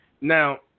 Now